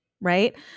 right